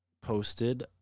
posted